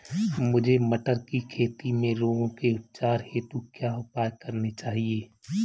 मुझे मटर की खेती में रोगों के उपचार हेतु क्या उपाय करने चाहिए?